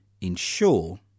ensure